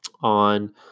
on